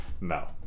no